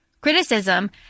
criticism